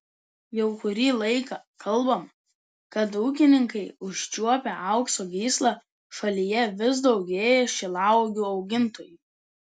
jau kurį laiką kalbama kad ūkininkai užčiuopę aukso gyslą šalyje vis daugėja šilauogių augintojų